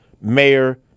mayor